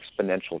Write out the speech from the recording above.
exponential